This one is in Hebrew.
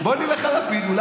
בוא נלך על לפיד.